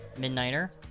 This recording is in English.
Midnighter